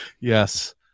yes